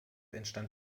entstand